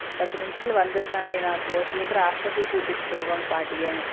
பத்து நிமிஷத்தில் வந்துடு சாமி நான் இப்போது சீக்கிரம் ஹாஸ்பிட்டலுக்கு கூட்டிட்டு போகணும் பாட்டியை